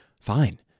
fine